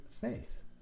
faith